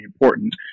important